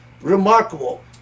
remarkable